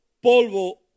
polvo